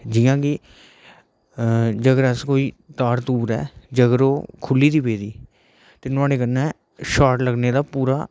जियां कि जेकर अस कोई तार बगैरा ऐ अगर ओह् खुल्ली दी पेदी ते नुआढ़े कन्नै शाॅट लग्गने दा पूरा